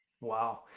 Wow